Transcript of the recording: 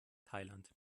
thailand